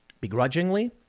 Begrudgingly